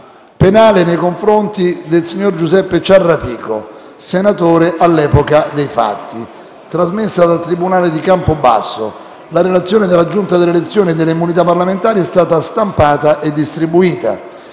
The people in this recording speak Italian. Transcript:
RGT) nei confronti del signor Giuseppe Ciarrapico, senatore all'epoca dei fatti, trasmessa dal tribunale di Campobasso». La relazione della Giunta delle elezioni e delle immunità parlamentari è stata stampata e distribuita.